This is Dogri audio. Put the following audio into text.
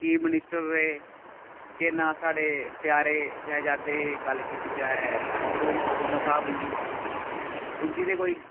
चीफ मिनिस्टर रेह् केह् नांऽ साढ़े प्यारे शैहजादे गल्ल कीती जाए फरूक अब्दुल्ला साह्ब हुंदी उं'दी ते कोई